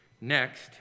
next